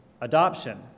adoption